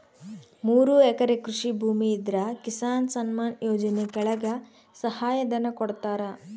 ಮೂರು ಎಕರೆ ಕೃಷಿ ಭೂಮಿ ಇದ್ರ ಕಿಸಾನ್ ಸನ್ಮಾನ್ ಯೋಜನೆ ಕೆಳಗ ಸಹಾಯ ಧನ ಕೊಡ್ತಾರ